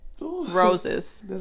Roses